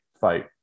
fight